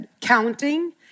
counting